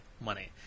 money